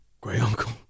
Great-uncle